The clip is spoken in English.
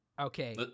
Okay